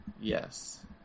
yes